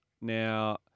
Now